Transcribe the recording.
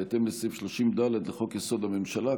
בהתאם לסעיף 30(ד) לחוק-יסוד: הממשלה,